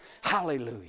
Hallelujah